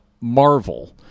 Marvel